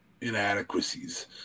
inadequacies